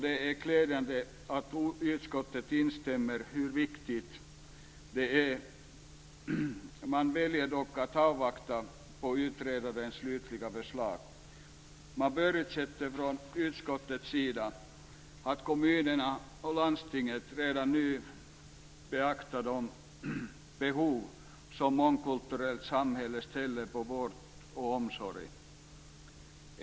Det är glädjande att utskottet instämmer i att frågan är viktig, men man väljer dock att avvakta utredarens slutliga förslag. Utskottet förutsätter att kommunerna och landstingen redan nu beaktar de krav som ett mångkulturellt samhälle ställer på vård och omsorg.